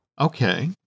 Okay